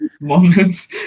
moments